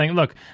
Look